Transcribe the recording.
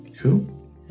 Cool